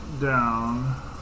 down